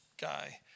guy